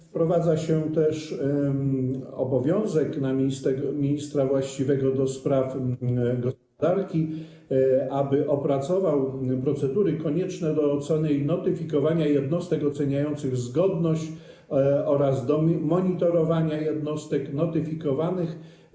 Wprowadza się też obowiązek ministra właściwego do spraw gospodarki dotyczący opracowania procedur koniecznych do oceny i notyfikowania jednostek oceniających zgodność oraz monitorowania jednostek notyfikowanych.